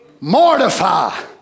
mortify